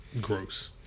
Gross